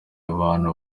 abantu